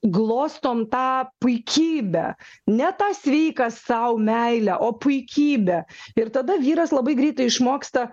glostom tą puikybę ne tą sveiką sau meilę o puikybę ir tada vyras labai greitai išmoksta